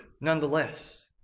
nonetheless